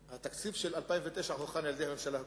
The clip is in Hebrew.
התקציב של 2009 הוכן על-ידי הממשלה הקודמת,